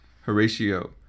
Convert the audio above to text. Horatio